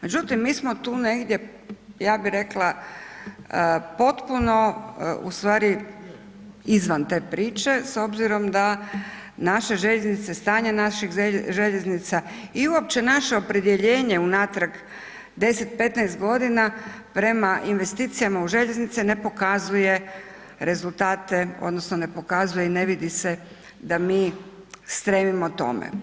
Međutim, mi smo tu negdje, ja bih rekla potpuno ustvari izvan te priče s obzirom da naše željeznice, stanje naših željeznica i uopće naše opredjeljenje unatrag 10, 15 g. prema investicijama u željeznice ne pokazuje rezultate odnosno ne pokazuje i ne vidi se da mi stremimo tome.